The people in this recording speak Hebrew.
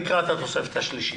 נקרא את התוספת השלישית.